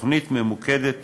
תוכנית ממוקדת תוצאות.